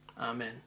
Amen